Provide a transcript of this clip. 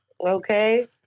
Okay